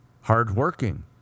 Hardworking